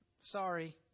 Sorry